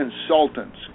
consultants